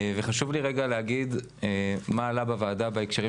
וחשוב לי מאוד להגיד מה עלה בוועדה בהקשרים